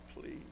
please